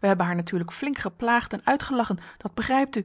we hebben haar natuurlijk flink geplaagd en uitgelachen dat begrijpt u